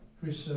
Chris